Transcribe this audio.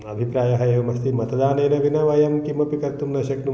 अभिप्रायः एवमस्ति मतदानेन विना वयं किमपि कर्तुं न शक्नुमः